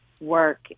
work